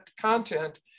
content